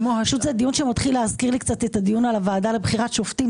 לצערי הדיון מתחיל להזכיר לי קצת את הדיון על הוועדה לבחירת שופטים